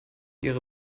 ihre